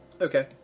Okay